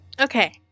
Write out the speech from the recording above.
Okay